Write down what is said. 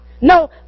No